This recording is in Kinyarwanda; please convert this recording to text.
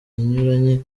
inyuranye